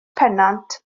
pennant